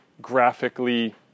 graphically